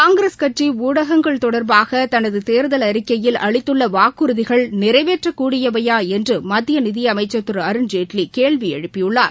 காங்கிரஸ் கட்சிஊடகங்கள் தொடர்பாக தனதுதேர்தல் அறிக்கையில் அளித்துள்ளவாக்குறுதிகள் நிறைவேற்றக்கூடியவையாஎன்றுமத்தியநிதியமைச்சர் திருஅருண்ஜேட்லிகேள்விஎழுப்பியுள்ளார்